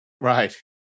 Right